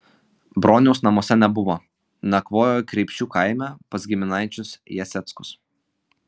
broniaus namuose nebuvo nakvojo kreipšių kaime pas giminaičius jaseckus